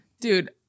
Dude